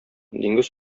диңгез